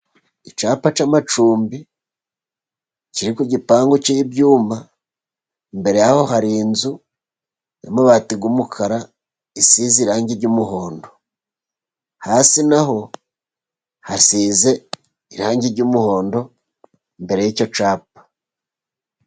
Icyapa cy'amacumbi kiri ku gipangu, cy'ibyuyuma imbere yaho hari inzu y'amabati y'umukara isize irangi ry'umuhondo, hasi na ho hasize irangi ry'umuhondo imbere y'icyo cyapa.